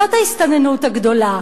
זאת ההסתננות הגדולה.